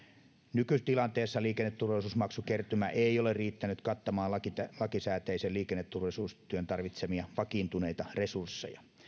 nykytilanteessa liikenneturvallisuusmaksukertymä ei ole riittänyt kattamaan lakisääteisen liikenneturvallisuustyön tarvitsemia vakiintuneita resursseja